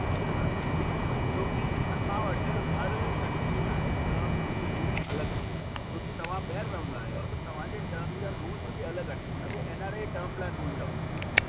ठीकु आहे छो की असां वटि हर कंट्री लाइ टर्म्स जी रूल्स अलॻि आहिनि छो की तव्हां ॿाहिरि रहंदा आहियो तव्हांजे टर्म जा रूल बि अलॻि आहिनि हुनखे N R I term plan rule चवंदा आहिनि